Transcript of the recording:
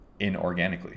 inorganically